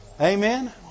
Amen